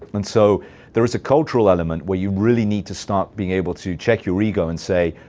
and so there is a cultural element where you really need to start being able to check your ego and say,